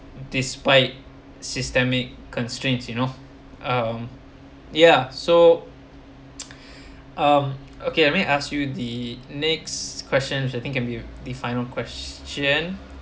despite systemic constraints you know um ya so um okay let me ask you the next question which I think can be the final question